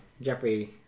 Jeffrey